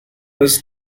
missed